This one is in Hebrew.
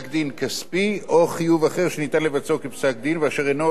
חיוב אחר שאפשר לבצעו כפסק-דין ואינו עולה על 10,000 ש"ח,